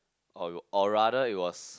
or it or rather it was